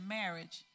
marriage